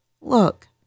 Look